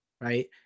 Right